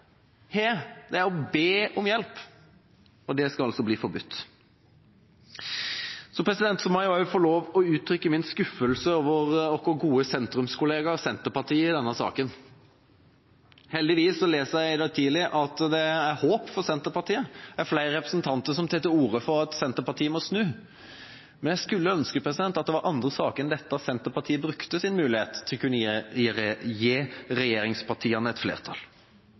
har, er å be om hjelp. Det skal altså bli forbudt. Jeg må få uttrykke min skuffelse over vår gode sentrumskollega Senterpartiet i denne saka. Heldigvis leste jeg i dag tidlig at det er håp for Senterpartiet – det er flere representanter som tar til orde for at Senterpartiet må snu. Jeg skulle ønske det var i andre saker enn denne Senterpartiet brukte sin mulighet til å danne flertall sammen med regjeringspartiene.